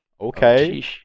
Okay